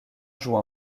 joue